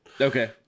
Okay